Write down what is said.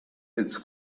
its